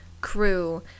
crew